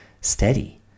steady